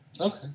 Okay